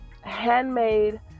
handmade